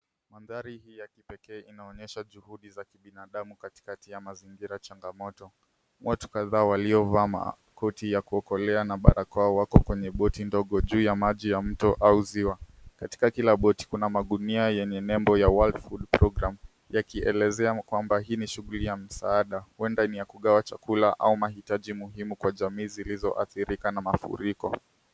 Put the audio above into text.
Mandhari hii ya kipekee inaonyesha juhudi za kibinadamu katikati ya mazingira changamoto. Watu kadhaa waliovaa makoti ya kuokolea na barakoa wako kwenye boti ndogo juu ya maji ya mto au ziwa. Katika kila boti kuna magunia yenye nembo ya World Food Program yakielezea kwamba hii ni shughuli ya msaada. Huenda ni ya kugawa chakula au mahitaji muhimu kwa jamii zilizoathirika na mafuriko.